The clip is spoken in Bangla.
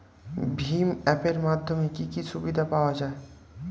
ভিম অ্যাপ এর মাধ্যমে কি কি সুবিধা পাওয়া যায়?